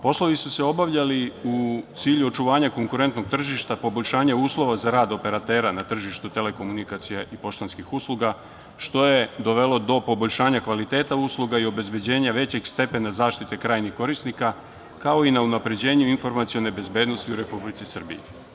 Poslovi su se obavljali u cilju očuvanja konkurentnog tržišta, poboljšanja uslova za rad operatera na tržištu telekomunikacija i poštanskih usluga što je dovelo do poboljšanja usluga i obezbeđenja većeg stepena zaštite krajnjih korisnika, kao i na unapređenju informacione bezbednosti u Republici Srbiji.